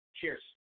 Cheers